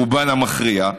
רובן המכריע,